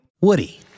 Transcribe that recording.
Woody